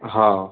हो